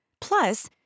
Plus